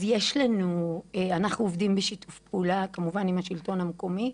אז אנחנו עובדים בשיתוף פעולה כמובן עם השלטון המקומי.